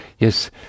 Yes